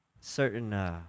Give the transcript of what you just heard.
certain